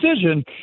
decision